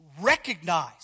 recognize